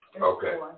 Okay